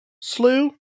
slew